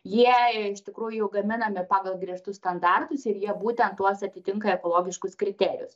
jie iš tikrųjų gaminami pagal griežtus standartus ir jie būtent tuos atitinka ekologiškus kriterijus